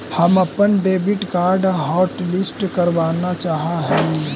हम अपन debit card hotlist करावाना चाहा हियई